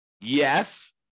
Yes